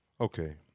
Okay